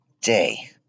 Day